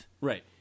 Right